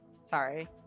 Sorry